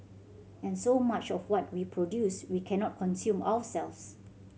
and so much of what we produce we cannot consume ourselves